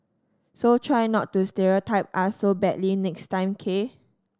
so try not to stereotype us so badly next time K